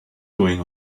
going